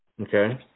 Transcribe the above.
Okay